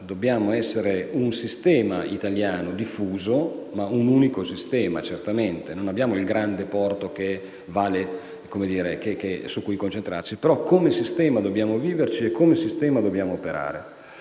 Dobbiamo essere un sistema italiano diffuso, ma un unico sistema, certamente. Non abbiamo il grande porto su cui concentrarci, ma come sistema dobbiamo viverci e operare.